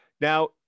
Now